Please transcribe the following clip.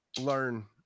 Learn